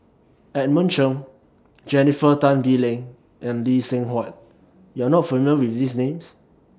Edmund Cheng Jennifer Tan Bee Leng and Lee Seng Huat YOU Are not familiar with These Names